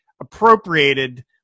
appropriated